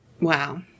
Wow